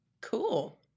Cool